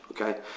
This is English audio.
okay